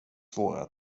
svåra